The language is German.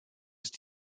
ist